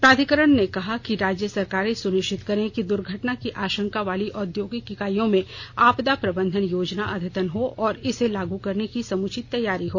प्राधिकरण ने कहा कि राज्य सरकारे सुनिश्चित करेंगी कि दुर्घटना की आंशका वाली औद्योगिक इकाइयों में आपदा प्रबंधन योजना अद्यतन हो और इसे लागू करने की समुचित तैयारी हो